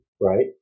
right